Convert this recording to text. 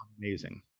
amazing